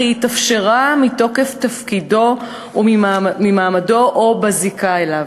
אך היא התאפשרה מתוקף תפקידו וממעמדו או בזיקה אליו.